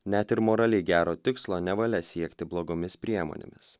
net ir moraliai gero tikslo nevalia siekti blogomis priemonėmis